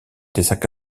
étaient